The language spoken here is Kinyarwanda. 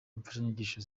n’imfashanyigisho